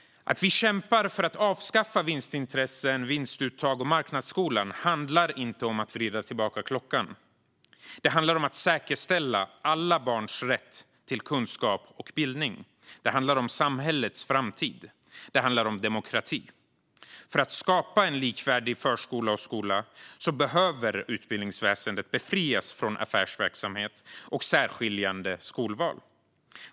Att vi kämpar för att avskaffa vinstintressen, vinstuttag och marknadsskolan handlar inte om att vrida tillbaka klockan. Det handlar om att säkerställa alla barns rätt till kunskap och bildning. Det handlar om samhällets framtid. Det handlar om demokrati. För att skapa en likvärdig förskola och skola behöver utbildningsväsendet befrias från affärsverksamhet och särskiljande skolval.